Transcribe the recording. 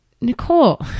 Nicole